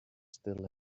still